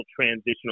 transitional